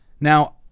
now